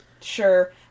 sure